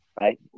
right